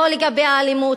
לא לגבי האלימות,